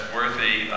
worthy